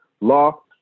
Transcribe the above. Law